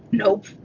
Nope